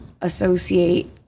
associate